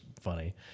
funny